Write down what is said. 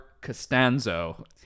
Costanzo